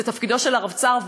זה תפקידו של הרבצ"ר,